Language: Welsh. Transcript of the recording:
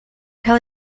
cael